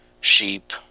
sheep